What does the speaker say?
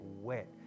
wet